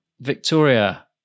Victoria